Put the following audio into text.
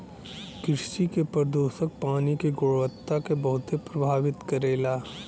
कृषि के प्रदूषक पानी के गुणवत्ता के बहुत प्रभावित करेला